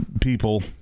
people